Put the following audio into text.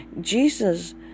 jesus